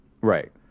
Right